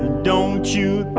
don't you